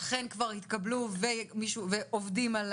אכן כבר התקבלו ועובדים על